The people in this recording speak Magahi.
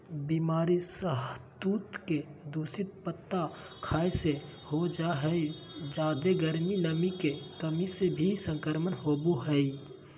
बीमारी सहतूत के दूषित पत्ता खाय से हो जा हई जादे गर्मी, नमी के कमी से भी संक्रमण होवई हई